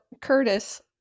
Curtis